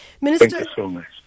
Minister